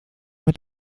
mit